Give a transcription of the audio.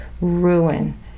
ruin